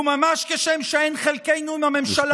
וממש כשם שאין חלקנו עם הממשלה הרעה הזאת,